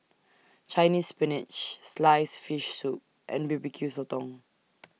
Chinese Spinach Sliced Fish Soup and B B Q Sotong